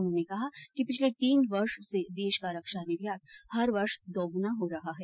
उन्होंने कहा कि पिछले तीन वर्ष से देश का रक्षा निर्यात हर वर्ष दोगुना हो रहा है